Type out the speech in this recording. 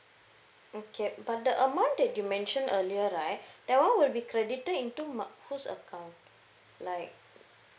okay but the amount that you mentioned earlier right that one will be credited into my whose account like